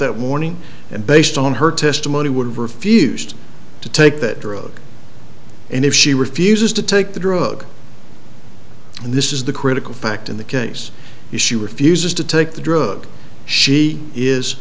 that morning and based on her testimony would have refused to take that drug and if she refuses to take the drug and this is the critical fact in the case she refuses to take the drug she is